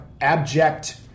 Abject